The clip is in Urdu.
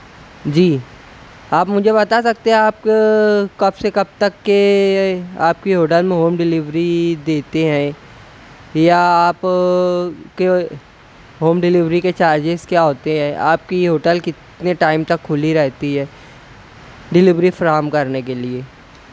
جی آپ مجھے بتا سکتے ہیں آپ کب سے کب تک کے آپ کے ہوٹل میں ہوم ڈلیوری دیتے ہیں یا آپ کے ہوم ڈلیوری کے چارجز کیا ہوتے ہیں آپ کی یہ ہوٹل کتنے ٹائم تک کھلی رہتی ہے ڈلیوری فراہم کرنے کے لیے